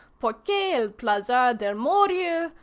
porque el plazer del morir,